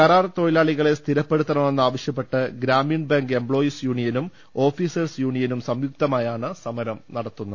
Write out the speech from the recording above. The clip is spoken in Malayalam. കരാർ തൊഴിലാളികളെ സ്ഥിരപ്പെടുത്തണമെന്നാവശ്യപ്പെട്ട് ഗ്രാമീൺ ബാങ്ക് എംപ്ലോയീസ് യൂണിയനും ഓഫീസേഴ്സ് യൂണിയനും സംയുക്തമായാണ് സമരം നടത്തുന്നത്